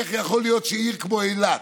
איך יכול להיות שעיר כמו אילת,